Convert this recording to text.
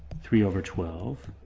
three over twelve,